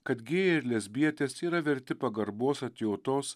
kad gėjai ir lesbietės yra verti pagarbos atjautos